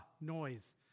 noise